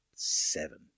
Seven